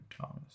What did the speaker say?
Thomas